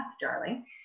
darling